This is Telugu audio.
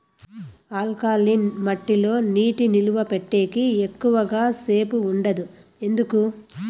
ఆల్కలీన్ మట్టి లో నీటి నిలువ పెట్టేకి ఎక్కువగా సేపు ఉండదు ఎందుకు